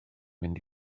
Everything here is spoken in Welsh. mynd